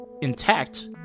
intact